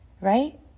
right